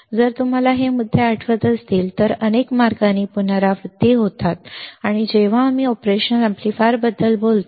जर तुम्हाला हे मुद्दे आठवत असतील तर ते अनेक मार्गांनी पुनरावृत्ती होतात जेव्हा आम्ही ऑपरेशनल एम्पलीफायर बद्दल बोलतो